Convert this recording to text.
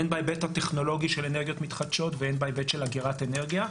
הן בהיבט הטכנולוגי של אנרגיות מתחדשות והן בהיבט של אגירת אנרגיה,